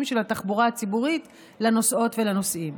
של התחבורה הציבורית לנוסעות ולנוסעים.